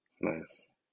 Nice